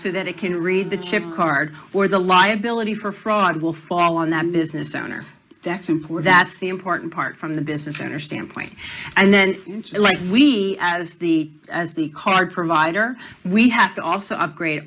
so that it can read the chip card or the liability for fraud will fall in that business owner that simple that's the important part from the business owner standpoint and then like we as the as the card provider we have to also upgrade